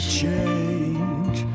change